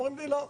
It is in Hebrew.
אומרים לי לא.